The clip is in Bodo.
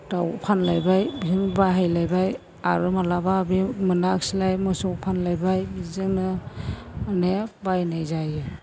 दाउ फानलायबाय बेखौनो बाहायलायबाय आरो मालाबा बे मोनाखिसैलाय मोसौ फानलायबाय बिदिजोंनो माने बायनाय जायो